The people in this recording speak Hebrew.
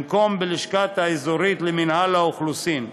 במקום בלשכה האזורית למינהל האוכלוסין,